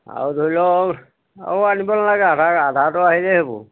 আৰু ধৰি লওক আৰু আনিব নালাগে আধাৰ আধাৰটো আহিলে হ'ব